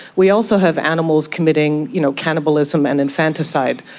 we also have animals committing you know cannibalism and infanticide.